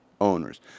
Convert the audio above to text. owners